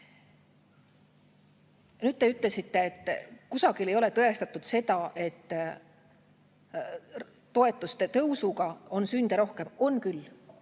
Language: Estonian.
anda. Te ütlesite, et kusagil ei ole tõestatud seda, et toetuste tõusuga on sünde rohkem. On küll.